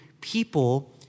people